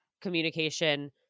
communication